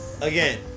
again